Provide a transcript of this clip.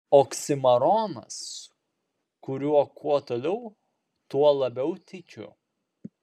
oksimoronas kuriuo kuo toliau tuo labiau tikiu